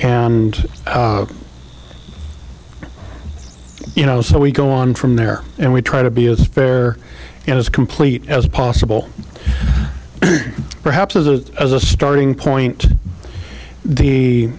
and you know so we go on from there and we try to be as fair and as complete as possible perhaps as a as a starting point